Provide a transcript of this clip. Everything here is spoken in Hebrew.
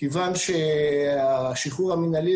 כיוון שהשחרור המינהלי,